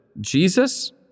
Jesus